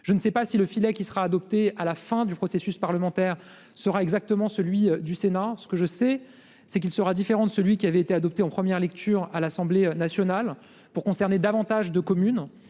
je ne sais pas si le filet qui sera adopté à la fin du processus parlementaire sera exactement celui du Sénat ce que je sais c'est qu'il sera différent de celui qui avait été adopté en première lecture à l'Assemblée nationale pour concerner davantage de communes